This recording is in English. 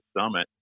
Summit